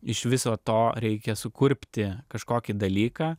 iš viso to reikia sukurpti kažkokį dalyką